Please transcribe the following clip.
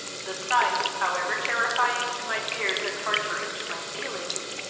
the sight, however terrifying to my fears and torturing to my feelings,